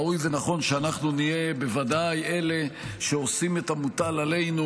ראוי ונכון שאנחנו נהיה בוודאי אלה שעושים את המוטל עלינו